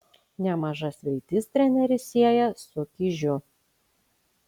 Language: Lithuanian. nemažas viltis treneris sieja su kižiu